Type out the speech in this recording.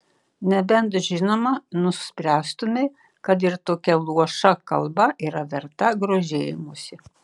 nebent žinoma nuspręstumei kad ir tokia luoša kalba yra verta grožėjimosi